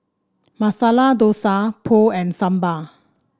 Masala Dosa Pho and Sambar